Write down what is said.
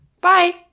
Bye